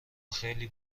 خیلی